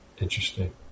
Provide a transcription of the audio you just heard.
Interesting